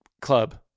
club